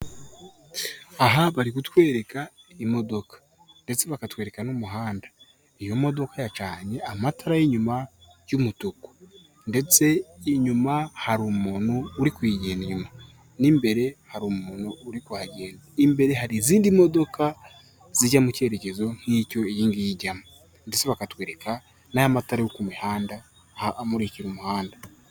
Aha bari kutwereka imodoka ndetse bakatwereka n'umuhanda. Iyo modoka yacanye amatara y'inyuma y'umutuku ndetse inyuma hari umuntu uri kuyigenda inyuma, n'imbere hari umuntu uri kuhagenda. Imbere hari izindi modoka, zijya mu cyerekezo nk'icy'iyo ijyamo ndetse bakatwereka n'aya matara yo ku mihanda aha amurikira umuhanda.